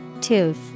Tooth